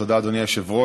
תודה, אדוני היושב-ראש.